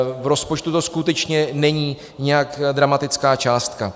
V rozpočtu to skutečně není nějak dramatická částka.